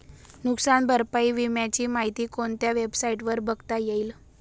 नुकसान भरपाई विम्याची माहिती कोणत्या वेबसाईटवर बघता येईल?